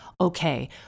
Okay